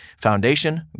foundation